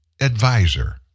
Advisor